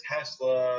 Tesla